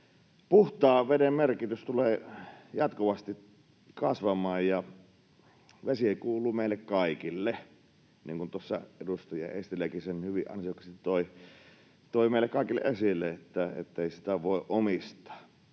Puhtaan veden merkitys tulee jatkuvasti kasvamaan, ja vesi kuuluu meille kaikille. Tuossa edustaja Eestiläkin hyvin ansiokkaasti toi meille kaikille esille sen, ettei sitä voi omistaa.